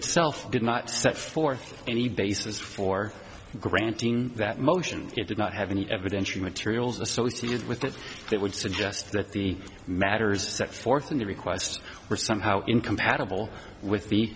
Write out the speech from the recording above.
itself did not set forth any basis for granting that motion it did not have any evidentiary materials associated with it that would suggest that the matters set forth in the request were somehow incompatible with the